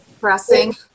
pressing